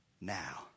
now